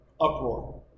uproar